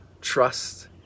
trust